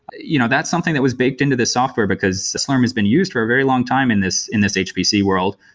you know that's something that was baked into this software, because slurm has been used for a very long time in this in this hpc world.